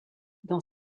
dans